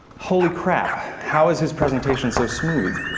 holy crap! how is his presentation so smooth?